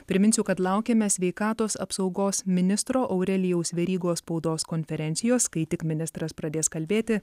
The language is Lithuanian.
priminsiu kad laukiame sveikatos apsaugos ministro aurelijaus verygos spaudos konferencijos kai tik ministras pradės kalbėti